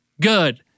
good